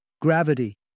Gravity